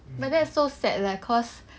but that's so sad lah cause